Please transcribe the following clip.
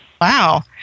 wow